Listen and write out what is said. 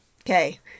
Okay